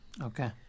Okay